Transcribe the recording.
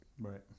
right